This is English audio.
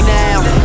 now